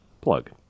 Plug